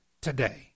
today